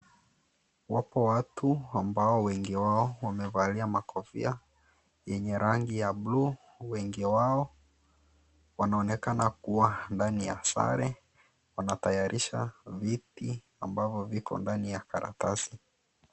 Wapo watu ambao wengi wao wamevalia makofia yenye rangi ya blue , wengi wao wanaonekana kua ndani ya sare, wanatayarisha viti ambavyo viko ndani ya karatasi.